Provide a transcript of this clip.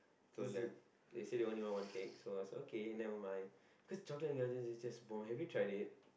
so left they say they only want one cake so I say okay never mind cause chocolate indulgence is just bomb have you tried it